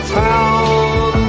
town